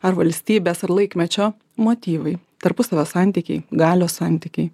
ar valstybės ar laikmečio motyvai tarpusavio santykiai galios santykiai